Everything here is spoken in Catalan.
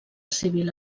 civil